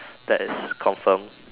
that is confirm